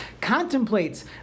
contemplates